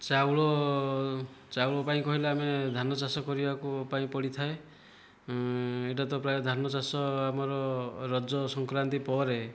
ଚାଉଳ ଚାଉଳ ପାଇଁ କହିଲେ ଆମେ ଧାନ ଚାଷ କରିବା ପାଇଁ ପଡ଼ିଥାଏ ଏଇଟା ତ ପ୍ରାୟ ଧାନ ଚାଷ ଆମର ରଜ ସଂକ୍ରାନ୍ତି ପରେ